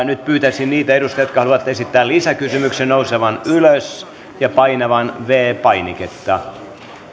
nyt pyytäisin niitä edustajia jotka haluavat esittää lisäkysymyksen nousemaan ylös ja painamaan viides painiketta